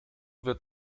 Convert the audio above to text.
wird